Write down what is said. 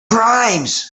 crimes